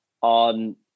on